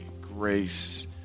grace